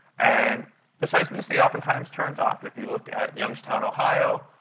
and the seismicity oftentimes turns off. if you look at youngstown, ohio